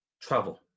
travel